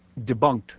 debunked